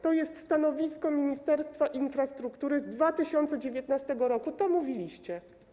To jest stanowisko Ministerstwa Infrastruktury z 2019 r., to mówiliście.